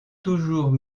toujours